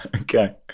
Okay